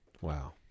Wow